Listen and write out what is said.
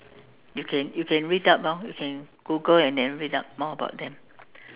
you can you can read up lor you can Google and then read up more about them